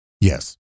Yes